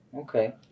okay